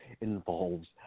involves